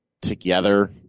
together